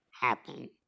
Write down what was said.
happen